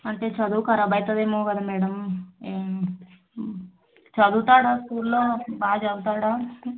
అంటే చదువు ఖరాబ్ అయితుందేమో కద మేడం చదువుతాడా స్కూల్లో బాగా చదువుతాడా